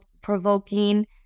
provoking